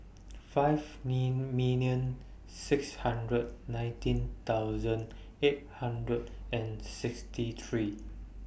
five million six hundred nineteen thousand eight hundred and sixty three